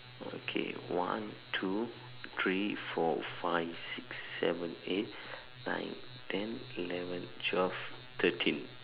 okay one two three four five six seven eight nine ten eleven twelve thirteen